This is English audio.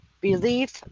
Belief